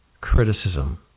criticism